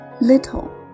little